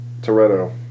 Toretto